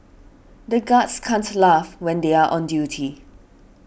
the guards can't laugh when they are on duty